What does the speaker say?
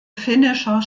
finnischer